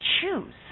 choose